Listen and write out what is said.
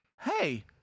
hey